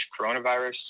coronavirus